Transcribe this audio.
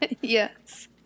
Yes